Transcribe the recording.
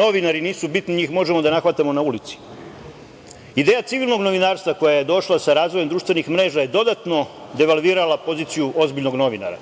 „Novinari nisu bitni, njih možemo da nahvatamo na ulici“.Ideja civilnog novinarstva koja je došla sa razvojem društvenih mreža je dodatno devalvirala poziciju ozbiljnog novinara.